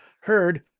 heard